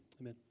Amen